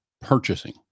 purchasing